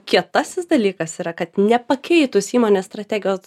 kietasis dalykas yra kad nepakeitus įmonės strategijos